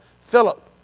Philip